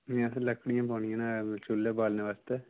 असें लक्कड़िया पुआनियां न चुल्ले बालने वास्तै